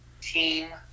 team